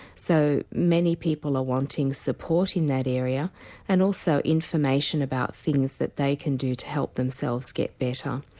so many people are wanting support in that area and also information about things that they can do to help themselves get better.